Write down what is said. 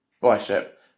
bicep